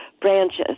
branches